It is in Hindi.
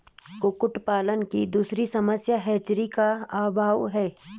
कुक्कुट पालन की दूसरी समस्या हैचरी का अभाव है